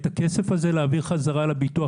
את הכסף הזה צריך להעביר חזרה לביטוח